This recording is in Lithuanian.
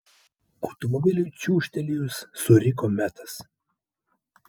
automobiliui čiūžtelėjus suriko metas